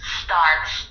starts